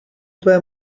tvé